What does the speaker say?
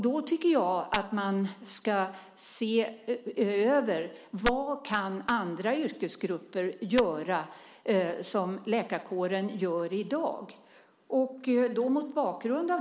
Då tycker jag att man ska se över vad andra yrkesgrupper kan göra som läkarkåren gör i dag.